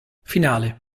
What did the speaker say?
finale